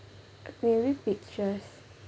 maybe pictures